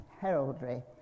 heraldry